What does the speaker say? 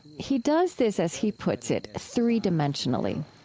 he does this, as he puts it, three-dimensionally.